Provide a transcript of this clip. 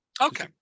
Okay